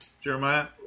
Jeremiah